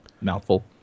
mouthful